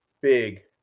big